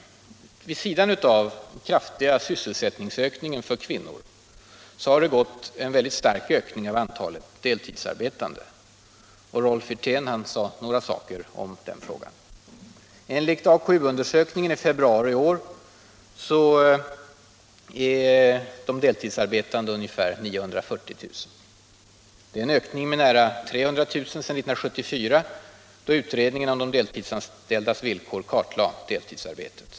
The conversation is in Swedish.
Vid sidan av den kraftiga sysselsättningsökningen för kvinnor har gått en väldigt stark ökning av antalet deltidsarbetande. Rolf Wirtén sade några ord om den frågan. Enligt AKU-undersökningen i februari i år är de deltidsarbetande ungefär 940 000. Det är en ökning med nära 300 000 sedan 1974, då utredningen om de deltidsanställdas villkor kartlade deltidsarbetet.